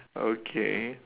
okay